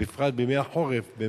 בפרט בימי החורף?